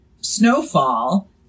snowfall